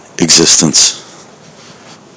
existence